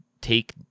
take